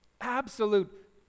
absolute